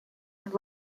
and